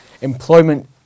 Employment